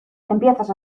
empiezas